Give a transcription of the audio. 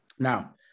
Now